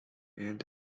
and